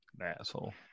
Asshole